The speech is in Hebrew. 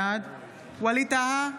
בעד ווליד טאהא,